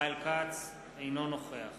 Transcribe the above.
אינו נוכח